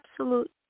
absolute